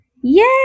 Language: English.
Yay